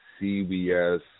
cbs